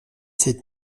sept